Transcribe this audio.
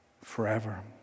forever